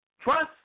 Trust